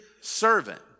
servant